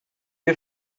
you